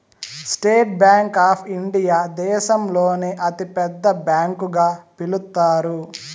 state Bank of India దేశంలోనే అతి పెద్ద బ్యాంకు గా పిలుత్తారు